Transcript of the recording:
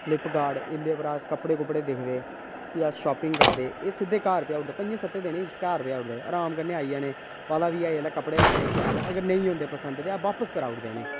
flip card इंदे परां अस कपड़े कुपड़े दिखदे भी अस शापिंग करदे एह् सिद्धे घर पजाउड़दे पजें सत्तें दिनें च घर पजाउड़ दे आराम कन्नै आई जाने पता बी ऐ कपड़े लैने शैल अगर नेईं पसंद अस वापस कराउड़ दे